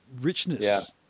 richness